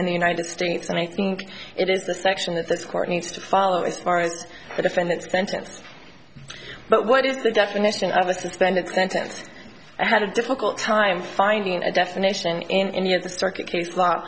in the united states and i think it is the section that this court needs to follow as far as the defendant's sentence but what is the definition of a suspended sentence i had a difficult time finding a definition in any of the circuit case law